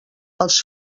els